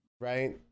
Right